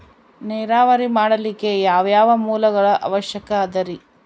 ನೇರಾವರಿ ಮಾಡಲಿಕ್ಕೆ ಯಾವ್ಯಾವ ಮೂಲಗಳ ಅವಶ್ಯಕ ಅದರಿ?